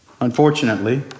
unfortunately